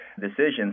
decisions